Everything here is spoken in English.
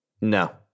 No